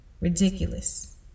Ridiculous